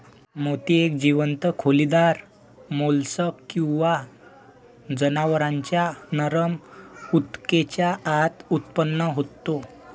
मोती एक जीवंत खोलीदार मोल्स्क किंवा जनावरांच्या नरम ऊतकेच्या आत उत्पन्न होतो